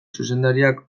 zuzendariak